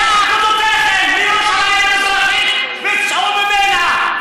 את כבודתכם, מירושלים המזרחית וצאו ממנה.